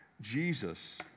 Jesus